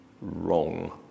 wrong